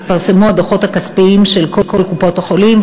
הדוחות הכספיים של קופות-החולים,